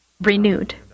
renewed